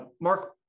Mark